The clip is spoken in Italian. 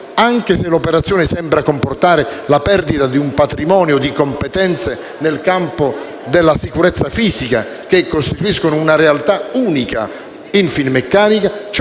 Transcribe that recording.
anche se l'operazione sembra comportare la perdita di un patrimonio di competenze nel campo della sicurezza fisica, che costituiscono una realtà unica in Finmeccanica,